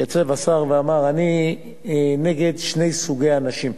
התייצב השר ואמר: אני נגד שני סוגי אנשים.